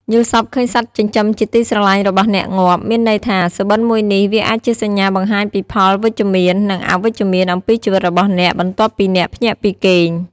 យល់សប្តិឃើញសត្វចិញ្ចឹមជាទីស្រលាញ់របស់អ្នកងាប់ មានន័យថា សុបិន្តមួយនេះ វាអាចជាសញ្ញា បង្ហាញពីផលវិជ្ជមាន និងអវិជ្ជមាន អំពីជីវិតរបស់អ្នក បន្ទាប់ពីអ្នកភ្ញាក់ពីគេង។